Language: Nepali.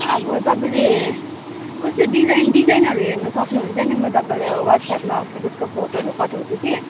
अब तपाईँले कस्तो डिजाइन डिजाइनहरू हेर्न सक्नुहुन्छ नि म तपाईँलाई वाट्सएपमा त्यसको फोटोहरू पठाउँछु कि